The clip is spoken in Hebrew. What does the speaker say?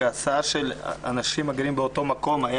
הסעה של אנשים הגרים באותו מקום היו